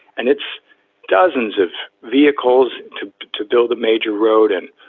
and it's dozens of vehicles to to build a major road. and,